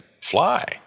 fly